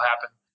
happen